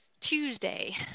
Tuesday